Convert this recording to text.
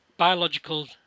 Biological